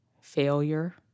failure